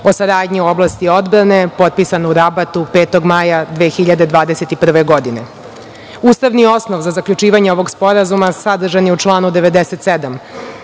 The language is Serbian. o saradnji u oblasti odbrane, potpisano u Rabatu 5. maja 2021. godine. Ustavni osnov za zaključivanje ovog sporazuma sadržan je u članu 97.